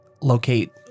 locate